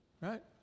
Right